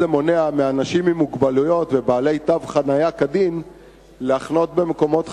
וזה מונע מאנשים עם מוגבלויות ובעלי תו חנייה כדין לחנות במקומות חנייה,